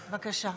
בבקשה.